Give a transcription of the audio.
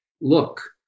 look